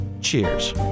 cheers